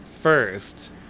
first